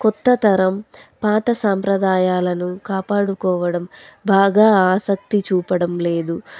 కొత్త తరం పాత సంప్రదాయాలను కాపాడుకోవడం బాగా ఆసక్తి చూపడం లేదు